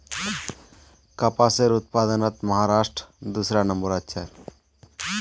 कपासेर उत्पादनत महाराष्ट्र दूसरा नंबरत छेक